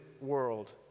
world